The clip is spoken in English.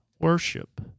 worship